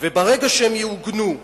ברגע שהם יעוגנו,